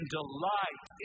delight